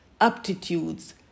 aptitudes